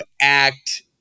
act